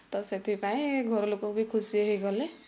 ତ ସେଥିପାଇଁ ଘରଲୋକ ବି ଖୁସି ହେଇଗଲେ